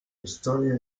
historia